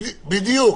בדיוק.